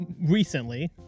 recently